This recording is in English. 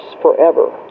forever